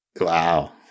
Wow